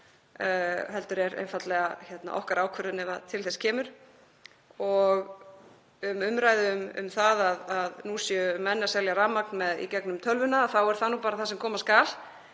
heldur er það einfaldlega okkar ákvörðun ef til þess kemur. Varðandi umræðu um það að nú séu menn að selja rafmagn í gegnum tölvuna þá er það bara það sem koma skal.